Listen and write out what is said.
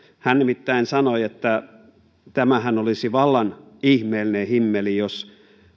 hän nimittäin sanoi että tämähän olisi vallan ihmeellinen himmeli jos